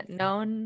known